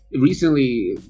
recently